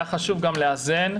היה חשוב גם לאזן,